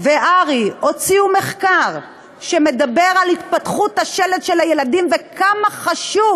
והר"י הוציאו מחקר שמדבר על התפתחות השלד של הילדים וכמה חשוב